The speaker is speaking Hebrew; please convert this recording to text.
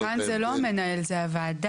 כאן זה לא המנהל, זה הוועדה.